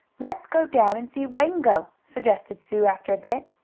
let's go down and see wango, suggested sue, after a bit.